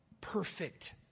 perfect